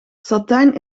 satijn